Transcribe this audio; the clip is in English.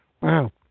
Wow